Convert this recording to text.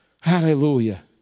Hallelujah